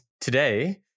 today